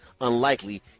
unlikely